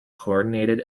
coordinated